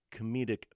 comedic